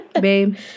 Babe